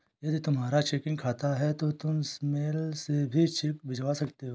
यदि तुम्हारा चेकिंग खाता है तो तुम मेल से भी चेक भिजवा सकते हो